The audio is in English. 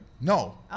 No